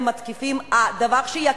הם לא צריכים חוקים נגד הדמוקרטיה,